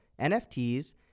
NFTs